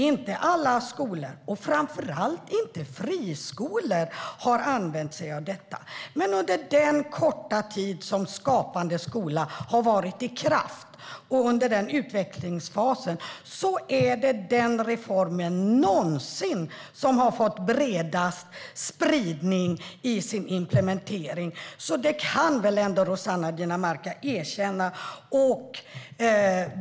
Inte alla skolor - och framför allt inte friskolor - har använt sig av detta, men under den korta tid Skapande skola har varit i kraft och under den utvecklingsfasen är det den reform som har fått bredast spridning i sin implementering någonsin. Det kan väl ändå Rossana Dinamarca erkänna.